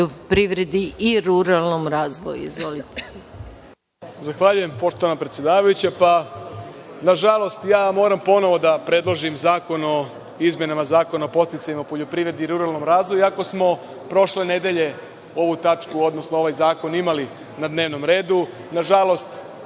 poljoprivredi i ruralnom razvoju,